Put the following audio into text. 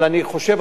אבל אני חושב,